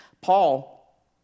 Paul